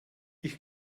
ich